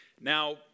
Now